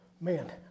man